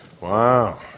Wow